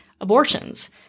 abortions